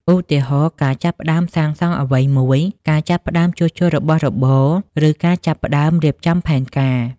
ឧទាហរណ៍ ការចាប់ផ្ដើមសាងសង់អ្វីមួយ ការចាប់ផ្ដើមជួសជុលរបស់របរ ឬការចាប់ផ្ដើមរៀបចំផែនការ។